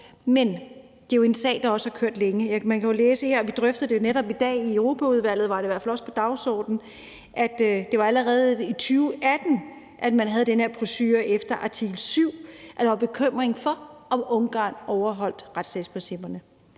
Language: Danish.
men det er jo en sag, der også har kørt længe. Vi drøftede jo netop i dag i Europaudvalget – der var det i hvert fald også på dagsordenen – at det allerede var i 2018, at man havde den her procedure efter artikel 7; der var bekymring for, om Ungarn overholdt retsstatsprincipperne.